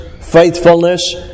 faithfulness